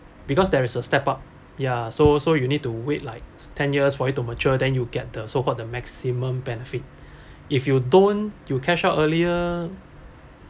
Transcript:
because there is a step up ya so so you need to wait like ten years for it to mature then you'll get the so called the maximum benefit if you don't you cash out earlier